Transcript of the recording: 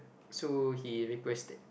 so he requested